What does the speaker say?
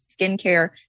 skincare